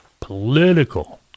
political